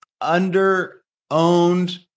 under-owned